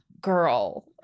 Girl